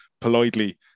politely